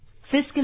fiscal